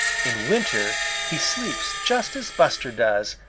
in winter he sleeps just as buster does,